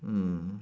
mm